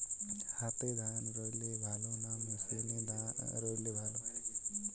হাতে ধান রুইলে ভালো না মেশিনে রুইলে ভালো?